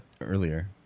earlier